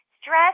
Stress